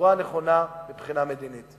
בצורה הנכונה מבחינה מדינית.